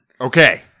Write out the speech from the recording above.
Okay